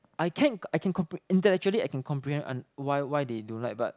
I can I can intellectually I can comprehend uh why why they don't like but